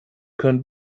können